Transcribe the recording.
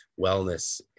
wellness